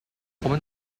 common